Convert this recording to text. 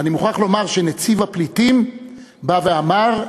ואני מוכרח לומר שנציב הפליטים בא ואמר: